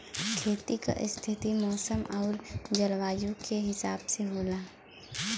खेती क स्थिति मौसम आउर जलवायु क हिसाब से होला